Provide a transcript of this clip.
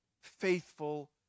faithful